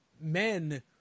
men